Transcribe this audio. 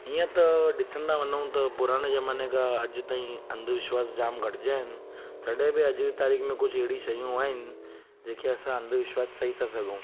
हीअं त ॾिसंदा वञूं त पुराने ज़माने खां अॼु ताईं अंधविश्वास जाम घटिजिया आहिनि तॾहिं बि अॼु जी तारीख़ में कुझु अहिड़ी शयूं आहिनि जेके असां अंधविश्वास चई ता सघूं